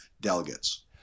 delegates